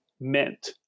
meant